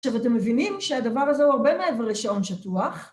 עכשיו אתם מבינים שהדבר הזה הוא הרבה מעבר לשעון שטוח